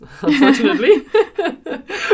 unfortunately